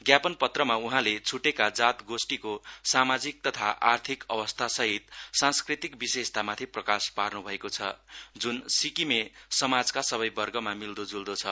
ज्ञापन पत्रमा उहाँले छुटेका जाग गोष्टिको सामाजिक तथा आर्थिक अवस्थासहित सांस्कृतिक विशेषतामाथि प्रकाश पार्नुभएको छ जुन सिक्किमे समाजका सबै वर्गमा मिल्दोबुल्दो छ